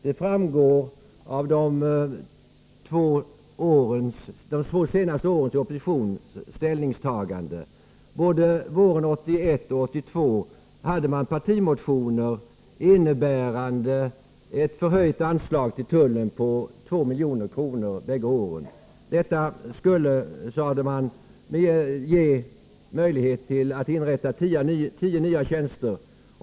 Det framgår av deras ställningstagande under de två senaste åren i opposition. Både våren 1981 och 1982 väckte man partimotioner med krav på ett förhöjt anslag till tullen på 2 milj.kr. Det skulle, sade man, ge möjlighet till inrättandet av tio nya tjänster.